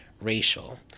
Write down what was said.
Racial